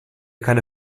keine